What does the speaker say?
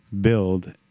build